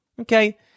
okay